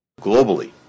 Globally